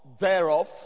thereof